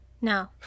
No